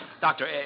Doctor